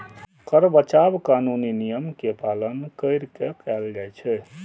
कर बचाव कानूनी नियम के पालन कैर के कैल जाइ छै